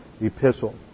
epistle